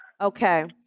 Okay